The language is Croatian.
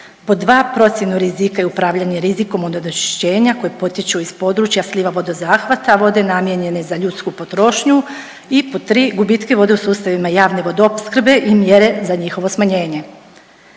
pod 2) procjenu rizika i upravljanje rizikom od onečišćenja koje potječu iz područja slivo vodozahvata vode namijenjene za ljudsku potrošnju i pod 3) gubitke vode u sustavima javne vodoopskrbe i mjere za njihovo smanjenje.